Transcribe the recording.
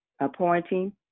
appointing